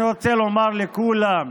אני רוצה לומר לכולם: